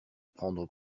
prendre